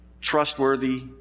trustworthy